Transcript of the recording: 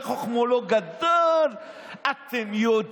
שמענו שם את מר בנט אומר: